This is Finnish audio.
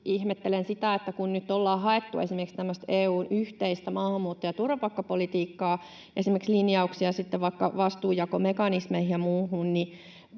ihmettelen sitä, että kun nyt ollaan haettu esimerkiksi tämmöistä EU:n yhteistä maahanmuutto- ja turvapaikkapolitiikkaa, esimerkiksi linjauksia vaikka vastuunjakomekanismeihin ja muuhun,